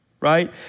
right